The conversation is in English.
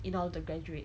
in order to graduate